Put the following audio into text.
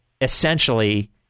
Essentially